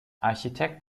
architekt